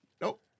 Nope